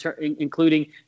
including